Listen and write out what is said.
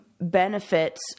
benefits